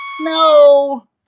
no